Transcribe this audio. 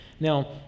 Now